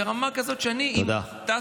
ברמה כזאת שאני טסתי,